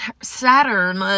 Saturn